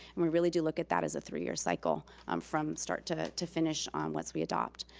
and we really do look at that as a three-year cycle um from start to to finish um once we adopt.